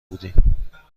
بودیم